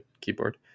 keyboard